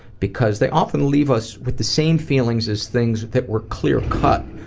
because they often leave us with the same feelings as things that were clear cut